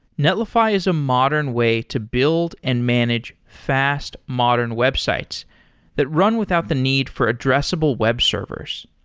netlify is a modern way to build and manage fast modern websites that run without the need for addressable web servers.